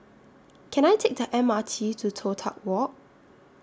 Can I Take The M R T to Toh Tuck Walk